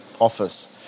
office